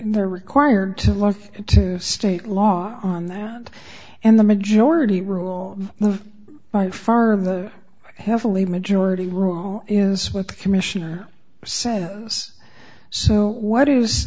they're required to look to state law on that and the majority rule by far the heavily majority rule is what the commissioner said yes so what is